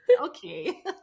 okay